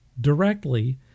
directly